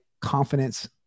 confidence